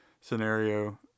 scenario